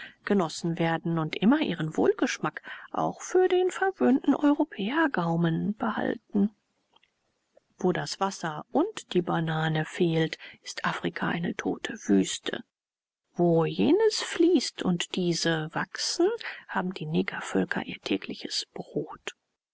genossen werden und immer ihren wohlgeschmack auch für den verwöhnten europäergaumen behalten wo das wasser und die banane fehlt ist afrika eine tote wüste wo jenes fließt und diese wachsen haben die negervölker ihr tägliches brot